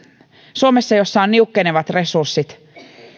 suomessa jossa on niukkenevat resurssit